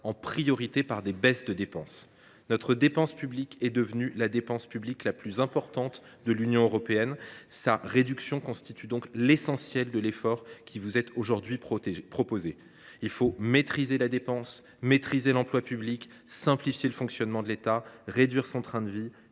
priorité par des baisses de dépenses. Notre dépense publique étant devenue la plus importante de l’Union européenne, sa réduction constitue l’essentiel de l’effort qui vous est aujourd’hui proposé. Il nous faut maîtriser la dépense et l’emploi public, simplifier le fonctionnement de l’État, réduire son train de vie et